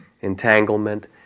entanglement